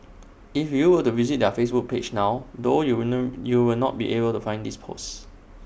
if you were to visit their Facebook page now though you no you will not be able to find this post